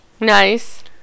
nice